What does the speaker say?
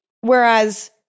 Whereas